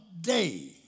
day